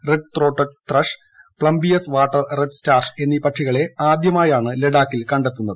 red throated thrush plumbeous water redstart എന്നീ പക്ഷികളെ ആദ്യമായാണ് ലഡാക്കിൽ കണ്ടെത്തുന്നത്